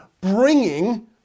bringing